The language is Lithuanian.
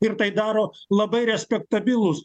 ir tai daro labai respektabilūs